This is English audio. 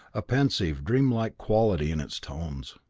a pensive, dreamlike quality in its tones.